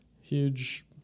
huge